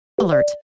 alert